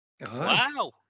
Wow